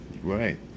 Right